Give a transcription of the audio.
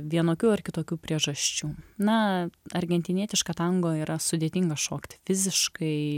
vienokių ar kitokių priežasčių na argentinietišką tango yra sudėtinga šokti fiziškai